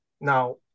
now